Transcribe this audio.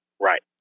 Right